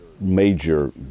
major